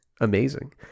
amazing